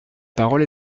parole